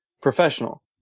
professional